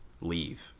leave